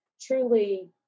truly